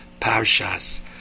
parshas